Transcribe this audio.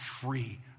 free